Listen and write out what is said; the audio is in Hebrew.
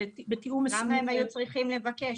למה הם היו צריכים לבקש?